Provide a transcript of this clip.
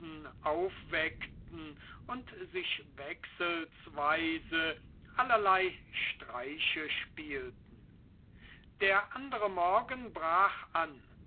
aufweckten und sich wechselsweise allerlei streiche spielten der andere morgen brach an